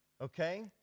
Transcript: okay